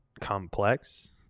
complex